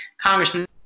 congressman